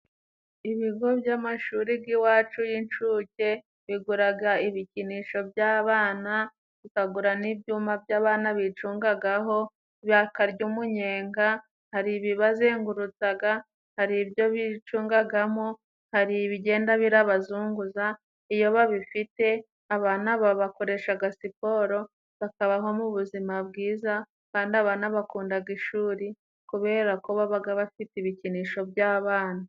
Ibigo by'amashuri by'iwacu y'incuke biguraga ibikinisho by'abana tukagura n' ibyuma by'abana bicungagaho bakarya umunyenga har'ibibazengurutsaga har'ibyo bicungagamo hari ibigenda birabazunguza iyo babifite abana babakoreshaga siporo bakabaho mu buzima bwiza kandi abana bakundaga ishuri kubera ko babaga bafite ibikinisho by'abana.